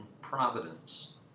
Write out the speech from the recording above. providence